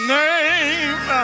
name